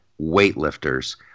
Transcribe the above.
weightlifters